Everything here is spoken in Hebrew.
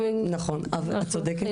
מי